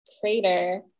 crater